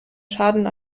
schaden